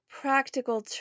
practical